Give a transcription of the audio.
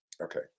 Okay